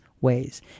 ways